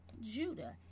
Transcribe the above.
Judah